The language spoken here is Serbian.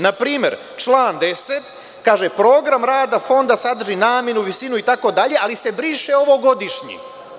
Na primer, član 10. kaže – program rada Fonda sadrži namenu, visinu itd, ali se briše ovo „godišnji“